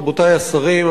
רבותי השרים,